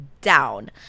down